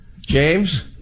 James